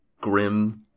grim